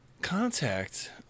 Contact